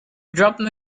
dropped